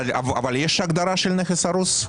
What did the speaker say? אבל יש הגדרה של נכס הרוס?